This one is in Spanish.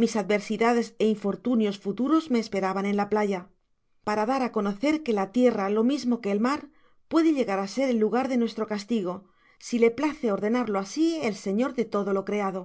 mis adversidades é infortunios futuros me esperaban en la playa para dar á conocer que la tierra lo mismo que el mar puede llegar á ser el lugar de nuestro castigo si le place ordenarlo asi el señor de todo lo creado